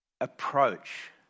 approach